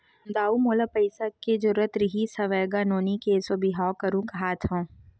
दाऊ मोला पइसा के जरुरत रिहिस हवय गा, नोनी के एसो बिहाव करहूँ काँहत हँव